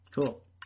Cool